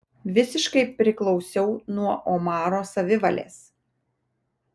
visiškai priklausiau nuo omaro savivalės